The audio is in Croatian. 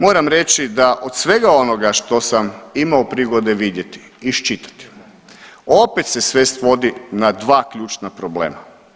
Moram reći da od svega onoga što sam imao prigode vidjeti i iščitati opet se sve svodi na dva ključna problema.